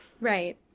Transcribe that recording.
right